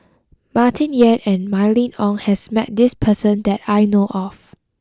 Martin Yan and Mylene Ong has met this person that I know of